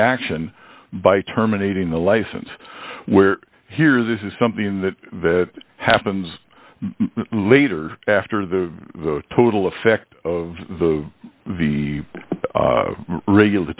action by terminating the license where here this is something that happens later after the total effect of the regula